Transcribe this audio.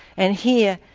and here,